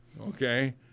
okay